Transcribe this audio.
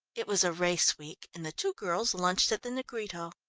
it was a race week, and the two girls lunched at the negrito.